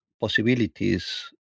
possibilities